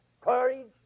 courage